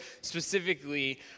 specifically